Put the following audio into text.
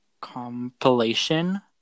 compilation